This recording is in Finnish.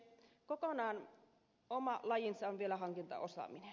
kokonaan oma lajinsa on vielä hankintaosaaminen